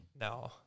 No